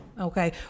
okay